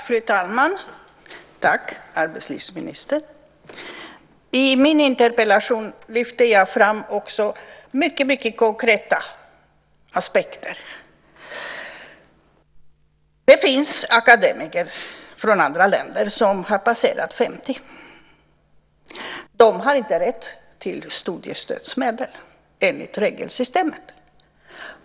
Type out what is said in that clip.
Fru talman! Tack, arbetslivsministern! I min interpellation lyfter jag fram också mycket konkreta aspekter. Det finns akademiker från andra länder som har passerat 50. De har inte rätt till studiestödsmedel enligt regelsystemet.